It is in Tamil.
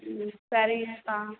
ம் சரிங்கக்கா